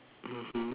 mmhmm